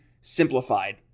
simplified